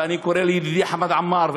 ואני קורא לידידי חמד עמאר,